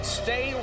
stay